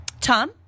Tom